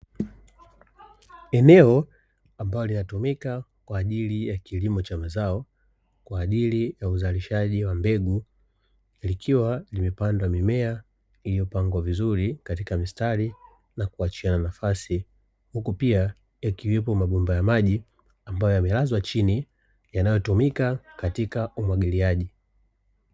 Eneo ambalo linatumika kwa ajili ya kilimo cha mazao, kwa ajili ya uzalishaji wa mbegu likiwa imepandwa mimea iliyopangwa vizuri katika mistari na kuachiana nafasi, huku pia yakiwepo mabomba ya maji ambayo yamelazwa chini yanayotumika katika umwagiliaji.